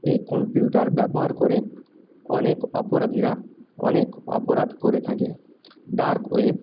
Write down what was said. এই কম্পিউটার ব্যবহার করে অনেক অপরাধীরা অনেক অপরাধ করে থাকে ডার্ক ওয়েব